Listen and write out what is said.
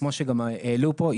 כמו שגם העלו פה,